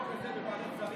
השר חמד עמאר,